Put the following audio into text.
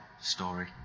story